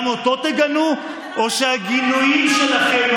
גם אותו תגנו או שהגינויים שלכם,